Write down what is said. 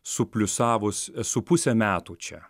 supliusavus esu pusę metų čia